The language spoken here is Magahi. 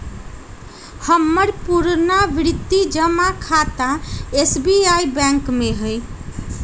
मेरा पुरनावृति जमा खता एस.बी.आई बैंक में हइ